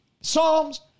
Psalms